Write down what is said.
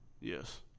Yes